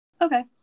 Okay